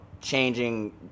changing